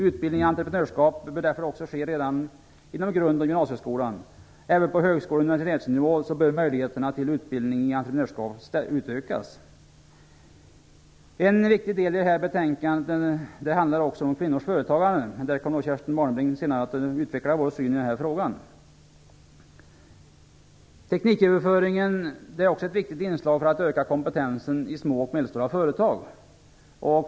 Utbildning i entreprenörskap bör därför också ske redan i grundskolan och gymnasieskolan. Även på högskole och universitetsnivå bör möjligheterna till utbildning i entreprenörskap utökas. En viktig del av det här betänkandet handlar om kvinnors företagande. Kerstin Warnerbring kommer senare att utveckla vår syn i den frågan. Tekniköverföring är också ett viktigt inslag för att öka kompetensen i små och medelstora företag.